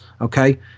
okay